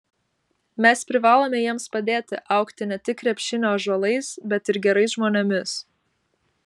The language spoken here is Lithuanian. mes privalome jiems padėti augti ne tik krepšinio ąžuolais bet ir gerais žmonėmis